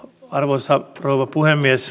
arvoisa rouva puhemies